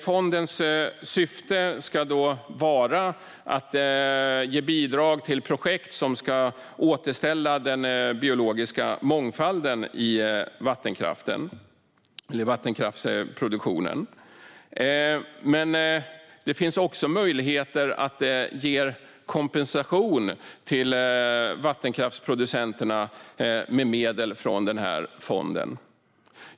Fondens syfte ska vara att ge bidrag till projekt som ska återställa den biologiska mångfalden i vattenkraftsproduktionen. Men det finns också möjligheter att ge kompensation till vattenkraftsproducenterna med medel från denna fond.